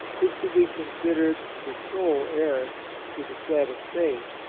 is to be considered the sole heiress to the said estate,